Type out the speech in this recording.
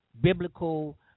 biblical